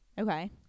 Okay